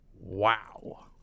Wow